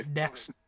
next